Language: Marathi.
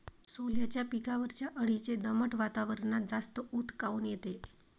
सोल्याच्या पिकावरच्या अळीले दमट वातावरनात जास्त ऊत काऊन येते?